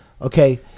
Okay